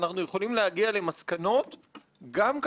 לו חשיבות גדולה בהיסטוריה הפרלמנטרית שלנו.